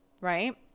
right